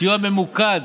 סיוע ממוקד